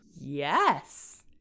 Yes